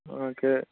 हॅं के